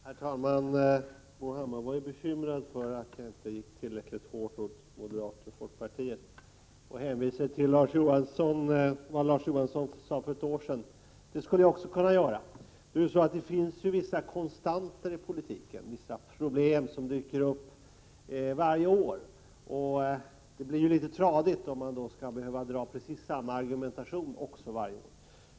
Herr talman! Bo Hammar var bekymrad över att jag inte gick tillräckligt hårt åt moderater och folkpartister. Bo Hammar hänvisade till vad Larz Johansson sade för ett år sedan. Det skulle jag också kunna göra. Det finns emellertid vissa konstanter i politiken, vissa problem som dyker upp varje år. Det blir litet tradigt om man också skall föra fram precis samma argument varje år.